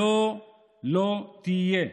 היה לא תהיה.